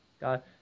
God